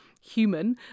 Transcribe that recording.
human